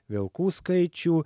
vilkų skaičių